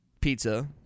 pizza